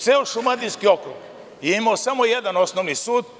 Ceo Šumadijski okrug je imao samo jedan osnovni sud.